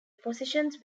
positions